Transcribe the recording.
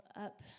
up